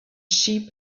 sheep